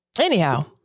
Anyhow